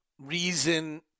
reason